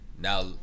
Now